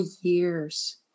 years